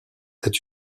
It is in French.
est